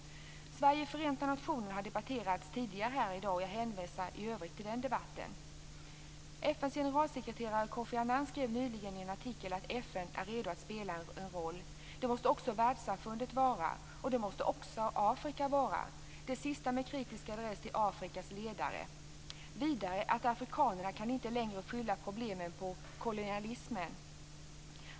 Sveriges roll i Förenta nationerna har debatterats tidigare här i kammaren, och jag hänvisar i övrigt till den debatten. FN:s generalsekreterare Kofi Annan skrev nyligen i en artikel att FN är redo att spela en roll. Det måste också världssamfundet vara, och det måste också Afrika vara. Det sista sades med kritisk adress till Afrikas ledare. Vidare sade han att afrikanerna inte längre kan skylla problemen på kolonialismen.